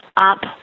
up